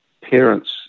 parents